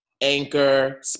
Anchor